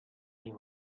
mean